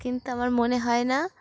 কিন্তু আমার মনে হয় না